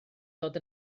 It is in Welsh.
dod